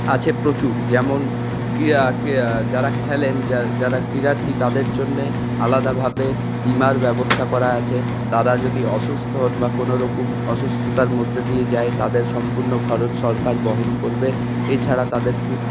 আছে প্রচুর যেমন ক্রীড়া কি যারা খেলেন যা যারা ক্রীড়ার্থী তাদের জন্যে আলাদাভাবে বীমার ব্যবস্থা করা আছে তারা যদি অসুস্থ হোন বা কোনওরকম অসুস্থতার মধ্যে দিয়ে যায় তাদের সম্পূর্ণ খরচ সরকার বহন করবে এছাড়া তাদের ফি